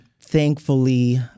Thankfully